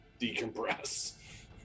decompress